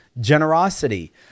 generosity